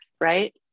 Right